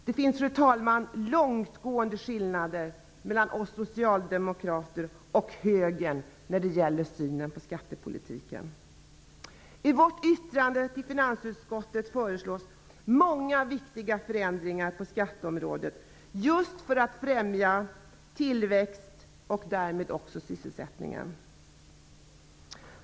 Det finns, fru talman, långtgående skillnader mellan oss socialdemokrater och högern när det gäller synen på skattepolitiken. I vårt yttrande till finansutskottet föreslås många viktiga förändringar på skatteområdet just för att främja tillväxt och därmed sysselsättning.